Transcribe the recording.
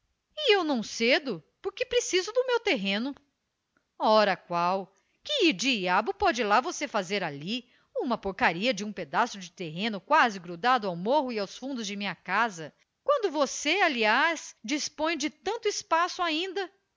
eu não cedo porque preciso do meu terreno ora qual que diabo pode lá você fazer ali uma porcaria de um pedaço de terreno quase grudado ao morro e aos fundos de minha casa quando você aliás dispõe de tanto espaço ainda